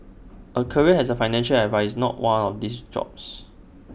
A career as A financial advisor is not one of these jobs